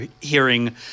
hearing